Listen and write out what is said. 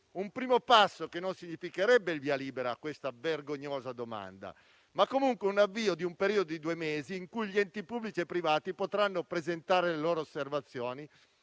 un primo passo che non significherebbe il via libera a questa vergognosa domanda, ma comunque un avvio di un periodo di due mesi in cui gli enti pubblici e privati potranno presentare le loro osservazioni